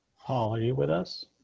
ah are you with us.